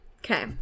Okay